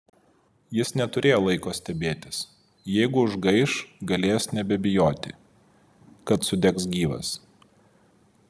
jis neturėjo laiko stebėtis jeigu užgaiš galės nebebijoti kad sudegs gyvas